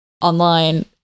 online